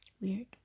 weird